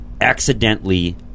accidentally